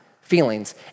feelings